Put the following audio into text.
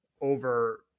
over